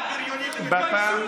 בריונים, תתביישו.